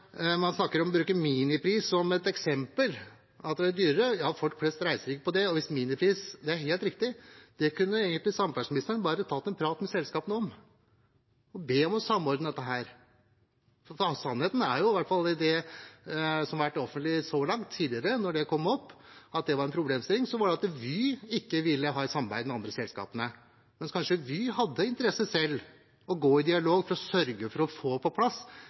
det blir dyrere, men folk flest reiser ikke på det. Og når det gjelder Minipris, kunne samferdselsministeren bare ha tatt en prat med selskapene om det og bedt dem om å samordne dette. Sannheten er – i hvert fall i det som har vært offentliggjort så langt, tidligere, da det kom opp at det var en problemstilling – at Vy ikke ville ha et samarbeid med de andre selskapene. Kanskje Vy selv hadde hatt interesse av å gå i dialog for å sørge for å få på plass